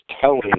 telling